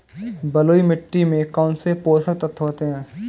बलुई मिट्टी में कौनसे पोषक तत्व होते हैं?